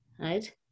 right